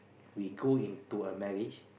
we go into a marriage